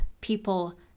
people